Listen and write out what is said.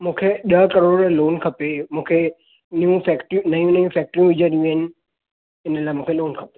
मूंखे ॾह करोड़ जो लोन खपे मूंखे न्यूं फैक्ट्रियूं नयूं नयूं फैक्ट्रियूं विझणियूं आहिनि इन लाइ मूंखे लोन खपे